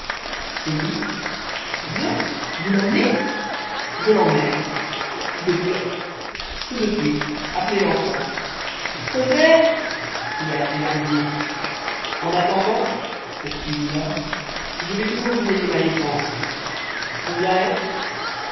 c'est dit vrai vous l'emmenez je l'emmène tout de suite tout de suite appelez l'enfant cosette cria la thénardier en attendant poursuivit l'homme je vais toujours vous payer ma dépense combien est-ce